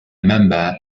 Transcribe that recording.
member